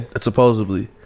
supposedly